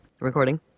Recording